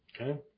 Okay